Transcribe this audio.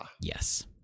Yes